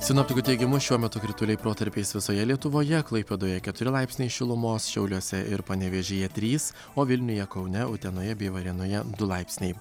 sinoptikų teigimu šiuo metu krituliai protarpiais visoje lietuvoje klaipėdoje keturi laipsniai šilumos šiauliuose ir panevėžyje trys o vilniuje kaune utenoje bei varėnoje du laipsniai